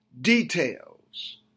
details